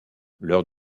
lors